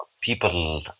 people